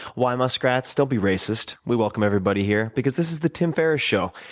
why muskrats? don't be racist. we welcome everybody here because this is the tim ferris show,